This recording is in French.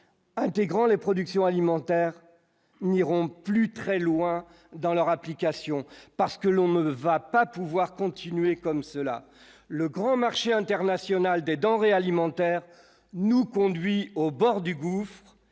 intégrant les productions alimentaires n'iront plus très loin dans leur application, parce que l'on ne va pas pouvoir continuer comme cela, le grand marché international des denrées alimentaires nous conduit au bord du gouffre